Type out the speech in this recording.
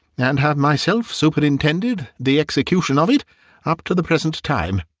and have myself superintended the execution of it up to the present time.